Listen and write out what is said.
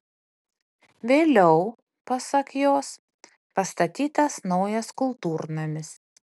vėliau pasak jos pastatytas naujas kultūrnamis